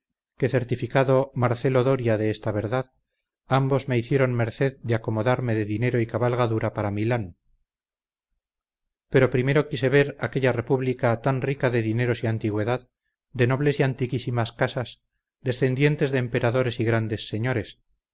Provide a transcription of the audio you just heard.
que certificado marcelo doria de esta verdad ambos me hicieron merced de acomodarme de dinero y cabalgadura para milán pero primero quise ver aquella república tan rica de dineros y antigüedad de nobles y antiquísimas casas descendientes de emperadores y grandes señores